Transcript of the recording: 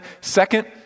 Second